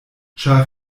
ĉar